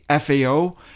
FAO